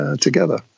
together